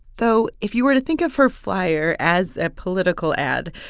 though if you were to think of her flyer as a political ad,